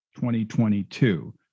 2022